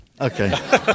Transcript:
Okay